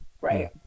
right